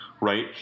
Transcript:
right